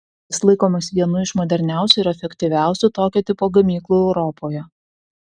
jis laikomas vienu iš moderniausių ir efektyviausių tokio tipo gamyklų europoje